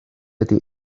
ydy